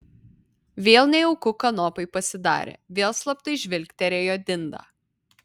vėl nejauku kanopai pasidarė vėl slaptai žvilgterėjo dindą